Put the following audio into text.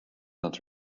not